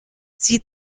sie